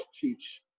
teach